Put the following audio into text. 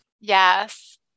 Yes